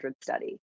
study